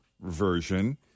version